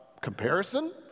comparison